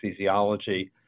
anesthesiology